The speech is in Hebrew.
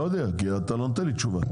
לא יודע, אתה לא נותן לי תשובה.